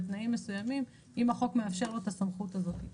בתנאים מסוימים אם החוק מאפשר לו את הסמכות הזאת.